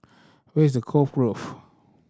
where is Cove Grove